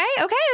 Okay